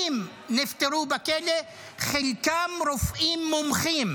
50 נפטרו בכלא, חלקם רופאים מומחים